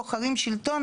בוחרים שלטון.